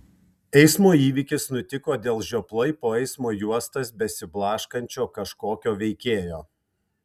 eismo įvykis nutiko dėl žioplai po eismo juostas besiblaškančio kažkokio veikėjo